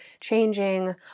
changing